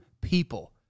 people